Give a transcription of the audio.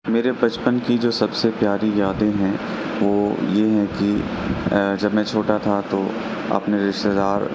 میرے بچپن کی جو سب سے پیاری یادیں ہیں وہ یہ ہیں کہ جب میں چھوٹا تھا تو اپنے رشتہ دار